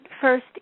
first